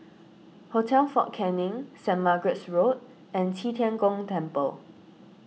Hotel fort Canning Saint Margaret's Road and Qi Tian Gong Temple